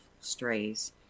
strays